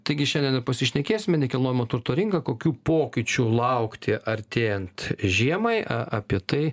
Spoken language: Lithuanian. taigi šiandien ir pasišnekėsime nekilnojamo turto rinka kokių pokyčių laukti artėjant žiemai apie tai